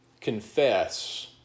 confess